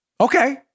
Okay